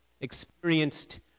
Experienced